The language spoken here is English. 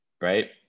right